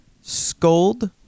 scold